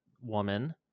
woman